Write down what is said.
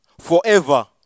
forever